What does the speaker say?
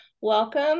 welcome